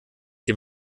dem